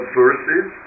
verses